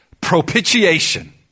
propitiation